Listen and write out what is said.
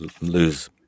lose